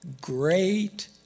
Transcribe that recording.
great